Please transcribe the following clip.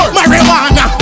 Marijuana